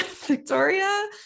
Victoria